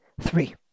Three